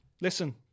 listen